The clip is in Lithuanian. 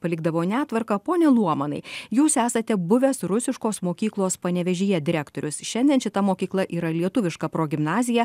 palikdavo netvarką pone luomanai jūs esate buvęs rusiškos mokyklos panevėžyje direktorius šiandien šita mokykla yra lietuviška progimnazija